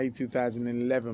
2011